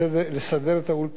באירוע ב"יד ושם",